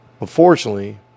unfortunately